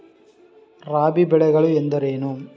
ರಾಬಿ ಬೆಳೆಗಳು ಎಂದರೇನು?